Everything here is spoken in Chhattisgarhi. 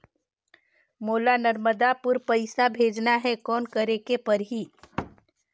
मोला नर्मदापुर पइसा भेजना हैं, कौन करेके परही?